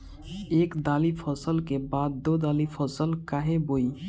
एक दाली फसल के बाद दो डाली फसल काहे बोई?